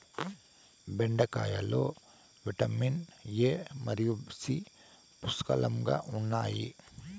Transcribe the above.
బెండకాయలో vitamin A మరియు C పుష్కలంగా ఉన్నాయి